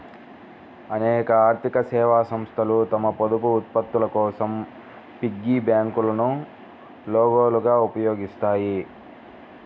అనేక ఆర్థిక సేవా సంస్థలు తమ పొదుపు ఉత్పత్తుల కోసం పిగ్గీ బ్యాంకులను లోగోలుగా ఉపయోగిస్తాయి